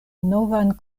novan